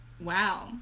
Wow